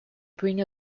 bring